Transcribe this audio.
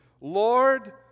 Lord